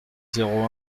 zéro